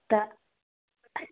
तो आ